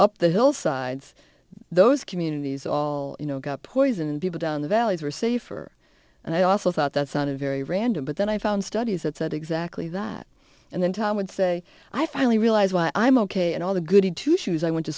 up the hillsides those communities all you know got poisoned people down the valleys were safer and i also thought that's not a very random but then i found studies that said exactly that and then tom would say i finally realize why i'm ok and all the goody two shoes i went to